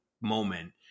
moment